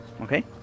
Okay